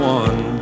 one